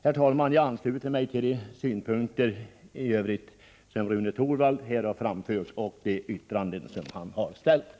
I övrigt ansluter jag mig till de synpunkter som Rune Torwald har framfört och de yrkanden han har ställt.